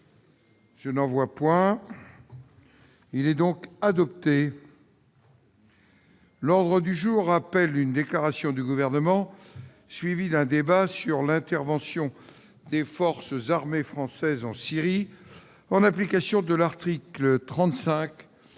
Le procès-verbal est adopté. L'ordre du jour appelle une déclaration du Gouvernement, suivie d'un débat, sur l'intervention des forces armées françaises en Syrie, en application de l'article 35,